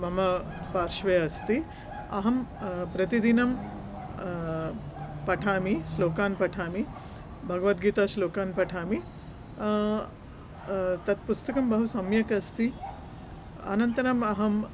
मम पार्श्वे अस्ति अहं प्रतिदिनं पठामि श्लोकान् पठामि भगवद्गीताश्लोकान् पठामि तत् पुस्तकं बहुसम्यक् अस्ति अनन्तरम् अहं